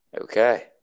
Okay